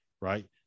right